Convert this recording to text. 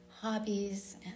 hobbies